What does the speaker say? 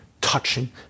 touching